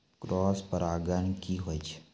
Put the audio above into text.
Cross परागण की होय छै?